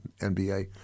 NBA